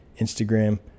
Instagram